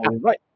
right